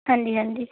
ਹਾਂਜੀ ਹਾਂਜੀ